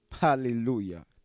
Hallelujah